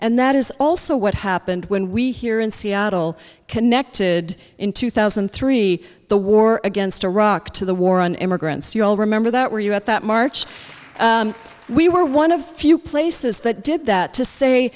and that is also what happened when we here in seattle connected in two thousand and three the war against iraq to the war on immigrants you all remember that where you at that march we were one of the few places that did that to say